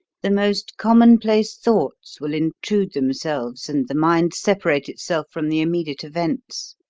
the most commonplace thoughts will intrude themselves and the mind separate itself from the immediate events.